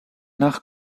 nach